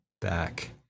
back